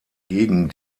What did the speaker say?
gegen